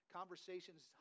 conversations